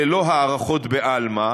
אלה לא הערכות בעלמא,